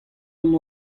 hon